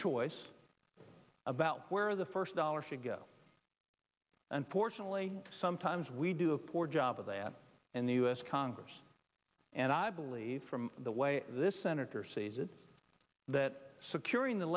choice about where the first dollar should go unfortunately sometimes we do a poor job of that in the u s congress and i believe from the way this senator sees it that securing the